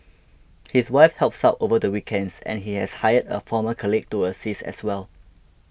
his wife helps out over the weekends and he has hired a former colleague to assist as well